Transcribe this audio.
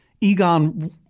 Egon